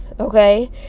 Okay